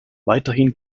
weiterhin